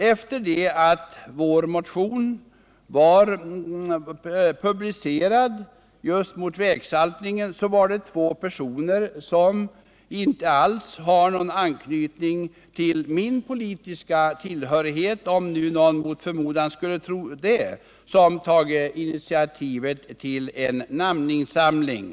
Efter det att vår motion mot vägsaltning publicerats var det två personer som inte alls har någon anknytning till min politiska tillhörighet — om det nu var någon som trodde det — som tog initiativ till en namninsamling.